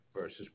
versus